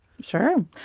Sure